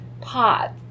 pot